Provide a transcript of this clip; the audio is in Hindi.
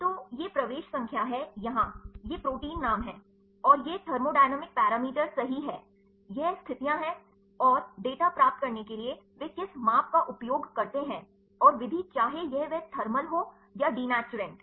तो ये प्रवेश संख्या है यहां ये प्रोटीन नाम हैं और ये थर्मोडायनामिक पैरामीटर सही हैं यह स्थितियां हैं और डेटा प्राप्त करने के लिए वे किस माप का उपयोग करते हैं और विधि चाहे यह वह थर्मल हो या दिनैचुरैंट